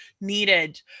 needed